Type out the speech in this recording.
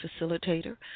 facilitator